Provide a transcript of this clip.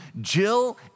Jill